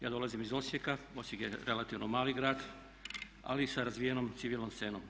Ja dolazim iz Osijeka, Osijek je relativno mali grad ali sa razvijenom civilnom scenom.